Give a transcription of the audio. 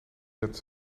het